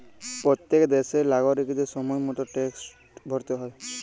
প্যত্তেক দ্যাশের লাগরিকদের সময় মত ট্যাক্সট ভ্যরতে হ্যয়